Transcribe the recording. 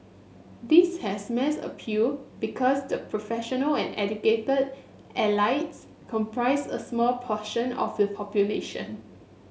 this has mass appeal because the professional and educated elites comprise a small portion of the population